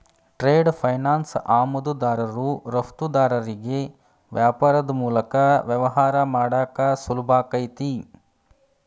trade finance ಆಮದುದಾರರು ರಫ್ತುದಾರರಿಗಿ ವ್ಯಾಪಾರದ್ ಮೂಲಕ ವ್ಯವಹಾರ ಮಾಡಾಕ ಸುಲಭಾಕೈತಿ